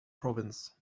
province